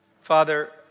Father